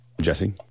Jesse